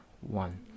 one